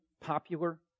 popular